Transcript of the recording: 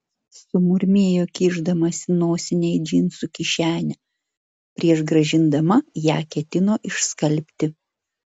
sumurmėjo kišdamasi nosinę į džinsų kišenę prieš grąžindama ją ketino išskalbti